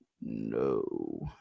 no